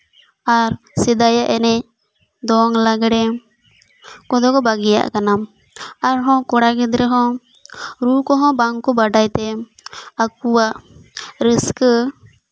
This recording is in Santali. ᱟᱨ ᱥᱮᱫᱟᱭᱟᱜ ᱮᱱᱮᱡ ᱫᱚᱝ ᱞᱟᱜᱽᱲᱮ ᱠᱚᱫᱚ ᱠᱚ ᱵᱟᱹᱜᱤᱭᱟᱜ ᱠᱟᱱᱟ ᱟᱨᱦᱚᱸ ᱠᱚᱲᱟ ᱜᱤᱫᱽᱨᱟᱹ ᱦᱚᱸ ᱨᱩ ᱠᱚᱦᱚᱸ ᱵᱟᱝᱠᱚ ᱵᱟᱰᱟᱭ ᱛᱮ ᱟᱠᱚᱣᱟᱜ ᱨᱟᱹᱥᱠᱟᱹ